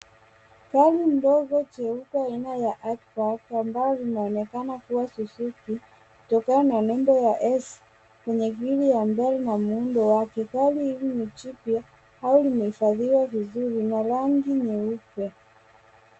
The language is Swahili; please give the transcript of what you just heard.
Gari ndogo jeupe ambayo inaonekana kua suzuki kutokana na nembo ya S kwenye kwenye gridi ya mbele na muundo wake, gari hili ni jipya au limehiffadhiwa vizuri na rangi nyeupe.